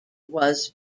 was